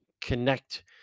connect